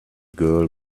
girl